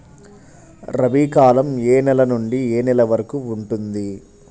రబీ కాలం ఏ నెల నుండి ఏ నెల వరకు ఉంటుంది?